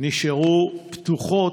נשארו פתוחות,